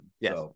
Yes